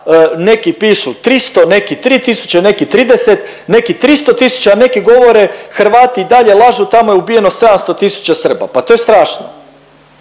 neki pišu 300, neki 3000, neki 30, neki 300000, a neki govore Hrvati i dalje lažu tamo je ubijeno 700000 Srba. Pa to je strašno.